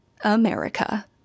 America